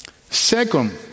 Second